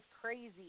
crazy